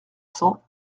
cents